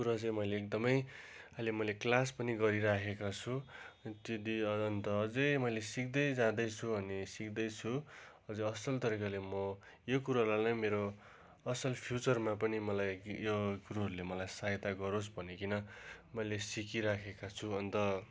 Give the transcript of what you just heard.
कुरो चाहिँ मैले एकदमै अहिले मैले क्लास पनि गरिराखेका छु अनि त्यो डे अनन्त अझै मैले सिक्दै जाँदैछु अनि सिक्दैछु अझ असल तरिकाले म यो कुरोहरूलाई नै मेरो असल फ्युचरमा पनि मलाई यो कुरोहरूले मलाई सहायता गरोस् भनिकिन मैले सिकिराखेका छु अन्त